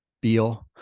Beal